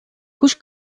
kuş